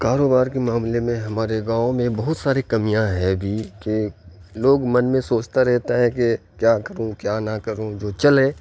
کاروبار کے معاملے میں ہمارے گاؤں میں بہت ساری کمیاں ہیں بھی کہ لوگ من میں سوچتا رہتا ہے کہ کیا کروں کیا نہ کروں جو چلے